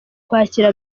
kwakira